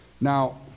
Now